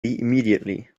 immediately